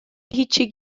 هیچی